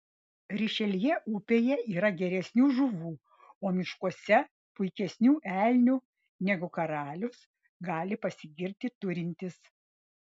rišeljė upėje yra geresnių žuvų o miškuose puikesnių elnių negu karalius gali pasigirti turintis